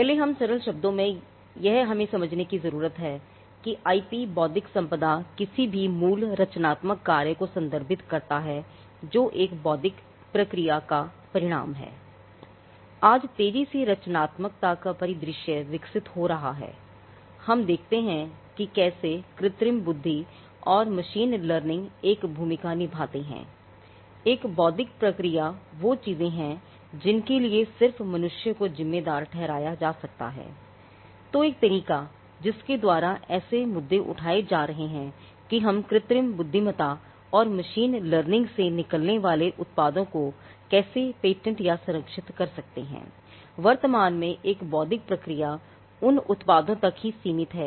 पहले हमें सरल शब्दों में यह समझने की जरूरत है कि आईपी बौद्धिक संपदा किसी भी मूल रचनात्मक कार्य को संदर्भित करता है जो एक बौद्धिक प्रक्रिया का परिणाम है